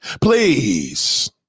Please